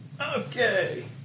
Okay